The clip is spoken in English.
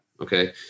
Okay